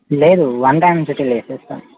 లేదు one time settle చేసేస్తారు